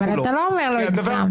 אבל אתה לא אומר לו הגזמת.